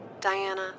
Diana